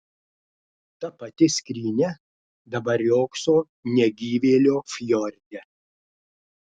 ta pati skrynia dabar riogso negyvėlio fjorde